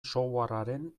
softwarearen